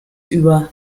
über